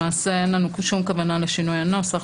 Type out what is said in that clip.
למעשה אין לנו כל כוונה לשינוי הנוסח.